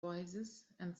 voicesand